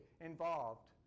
involved